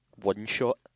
one-shot